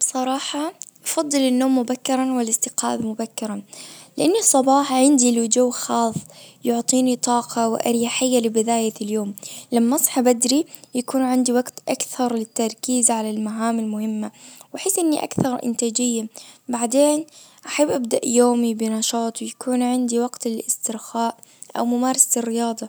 بصراحة افضل النوم مبكرا والاستيقاظ مبكرا لاني الصباح عندي له جو خاص يعطيني طاقة واريحية لبداية اليوم. لما اصحى بدري يكون عندي وجت اكثر للتركيز على المهام المهمة واحس اني اكثر انتاجية بعدين احب ابدأ يومي بنشاط ويكون عندي وقت للاسترخاء او ممارسة الرياضة.